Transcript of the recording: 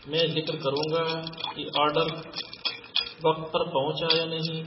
میں ذکر کروں گا کہ آڈر وقت پر پہنچا یا نہیں